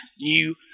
new